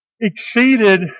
exceeded